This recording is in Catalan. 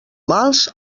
mals